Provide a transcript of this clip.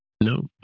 No